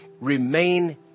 Remain